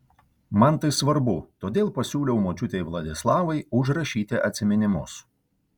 man tai svarbu todėl pasiūliau močiutei vladislavai užrašyti atsiminimus